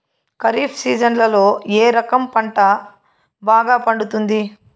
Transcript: ఖరీఫ్ సీజన్లలో ఏ రకం పంట బాగా పండుతుంది